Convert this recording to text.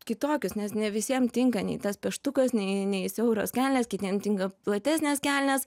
kitokius nes ne visiem tinka nei tas pieštukas nei nei siauros kelnes kitiem tinka platesnės kelnes